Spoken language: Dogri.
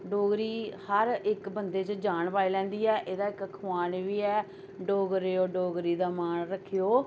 डोगरी हर इक बंदे च जान पाई लैंदी ऐ एह्दा इक खोआन बी ऐ डोगरेओ डोगरी दा मान रक्खेओ